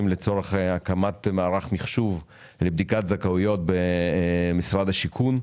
לצורך הקמת מערך מחשוב לבדיקת זכאויות במשרד השיכון.